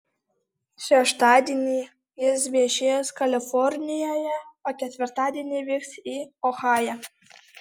šeštadienį jis viešės kalifornijoje o ketvirtadienį vyks į ohają